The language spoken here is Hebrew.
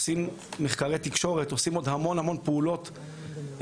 עושים מחקרי תקשורת ועושים עוד המון המון פעולות סיגנטיות,